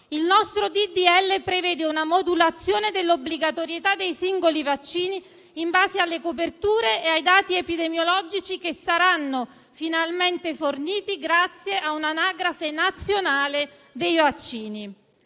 di legge prevede una modulazione dell'obbligatorietà dei singoli vaccini in base alle coperture e ai dati epidemiologici che saranno finalmente forniti grazie a un'anagrafe nazionale dei vaccini.